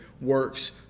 works